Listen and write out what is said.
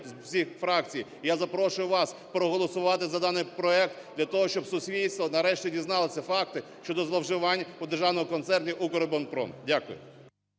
з усіх фракцій, я запрошую вас проголосувати за даний проект для того, щоб суспільство, нарешті, дізналося факти щодо зловживань у Державному концерні "Укрборонпром". Дякую.